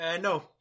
No